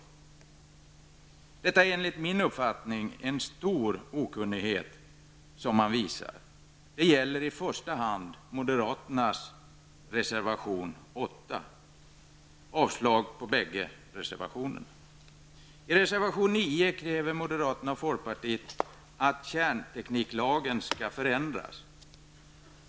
Reservanterna visar enligt min uppfattning stor okunnighet. Det gäller i första hand moderaternas reservation 8. Jag yrkar avslag på båda reservationerna. I reservation 9 kräver moderaterna och folkpartiet att kärntekniklagen skall ändras.